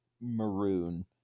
maroon